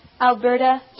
Alberta